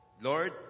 Lord